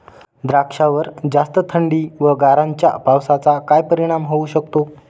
द्राक्षावर जास्त थंडी व गारांच्या पावसाचा काय परिणाम होऊ शकतो?